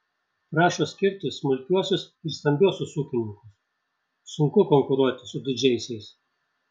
prašo skirti smulkiuosius ir stambiuosius ūkininkus sunku konkuruoti su didžiaisiais